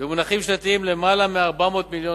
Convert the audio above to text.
במונחים שנתיים: למעלה מ-400 מיליון